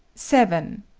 seven.